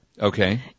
Okay